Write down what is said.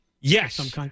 Yes